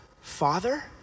father